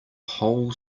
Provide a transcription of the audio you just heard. whole